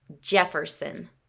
Jefferson